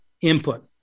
input